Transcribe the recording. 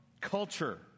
culture